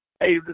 Hey